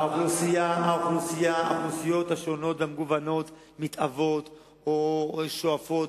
האוכלוסיות השונות והמגוונות מתהוות או שואפות